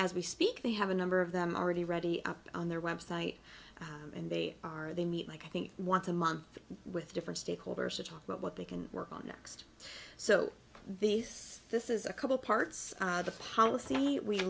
as we speak they have a number of them already ready up on their website and they are they meet like i think what a month with different stakeholders to talk about what they can work on next so they say this is a couple parts of the policy we